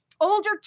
Older